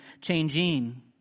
changing